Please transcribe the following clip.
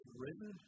written